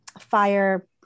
fire